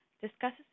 discusses